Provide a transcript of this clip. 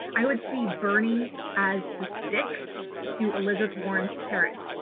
i would see bernie as the stick to elizabeth warren's carrot.